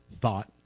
thought